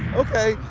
okay,